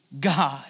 God